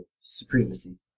Supremacy